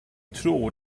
tro